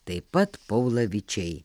taip pat paulavičiai